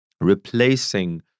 replacing